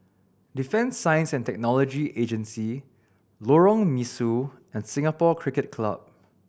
Defence Science And Technology Agency Lorong Mesu and Singapore Cricket Club